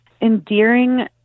endearing